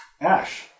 Ash